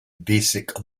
basic